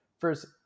First